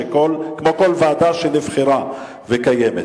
כמו כל ועדה שנבחרה וקיימת.